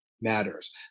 matters